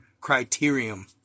criterion